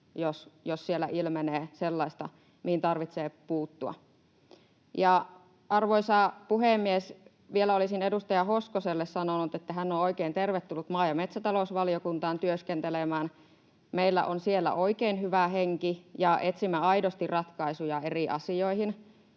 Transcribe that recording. jos siellä ilmenee sellaista, mihin tarvitsee puuttua. Arvoisa puhemies! Vielä olisin edustaja Hoskoselle sanonut, että hän on oikein tervetullut maa- ja metsätalousvaliokuntaan työskentelemään. Meillä on siellä oikein hyvä henki, ja etsimme aidosti ratkaisuja eri asioihin